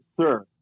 Sir